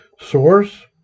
Source